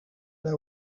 they